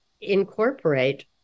incorporate